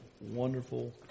wonderful